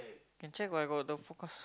can check what got the forecast